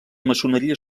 maçoneria